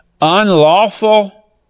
unlawful